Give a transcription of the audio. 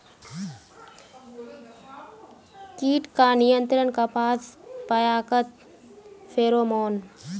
कीट का नियंत्रण कपास पयाकत फेरोमोन?